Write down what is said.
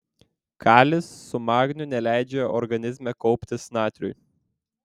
kalis su magniu neleidžia organizme kauptis natriui